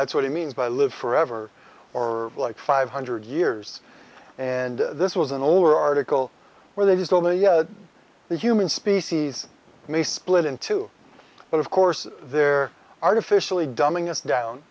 that's what he means by live forever or like five hundred years and this was an over article where they did all the yeah the human species may split in two but of course they're artificially dumbing us down